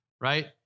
right